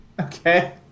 Okay